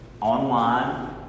online